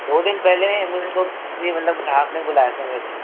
दो दिन पहले मुझे तो किसी मतलब आपने बुलाया था पहले